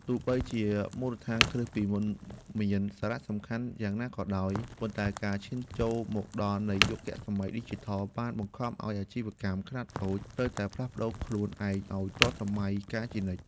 ទោះបីជាមូលដ្ឋានគ្រឹះពីមុនមានសារៈសំខាន់យ៉ាងណាក៏ដោយ ប៉ុន្តែការឈានចូលមកដល់នៃយុគសម័យឌីជីថលបានបង្ខំឱ្យអាជីវកម្មខ្នាតតូចត្រូវតែផ្លាស់ប្តូរខ្លួនឯងឱ្យទាន់សម័យកាលជានិច្ច។